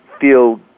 feel